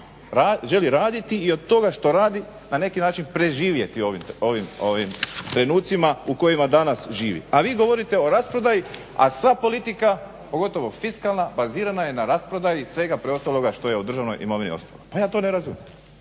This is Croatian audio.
želi raditi i od toga što radi na neki način preživjeti u ovim trenucima u kojima danas živi. A vi govorite o rasprodaji, a sva politika pogotovo fiskalna bazirana je na rasprodaji svega preostaloga što je od državne imovine ostalo. Pa ja to ne razumijem.